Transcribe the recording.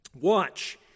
Watch